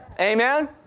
Amen